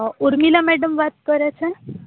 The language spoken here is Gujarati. ઊર્મિલા મેડમ વાત કરે છે